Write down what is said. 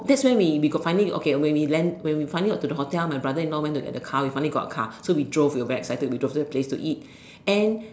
that's when we we got finally okay when we land when we finally got to the hotel my brother-in-law went to get the car we finally got a car so we drove we were very excited we drove to the place to eat and